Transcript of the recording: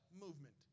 movement